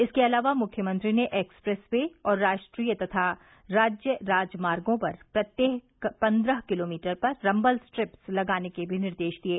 इसके अलावा मुख्यमंत्री ने एक्सप्रेस वे और राष्ट्रीय तथा राज्य राजमार्गो पर प्रत्येक पन्द्रह किलोमीटर पर रम्बल स्ट्रिप्स लगाने के भी निर्देश दिये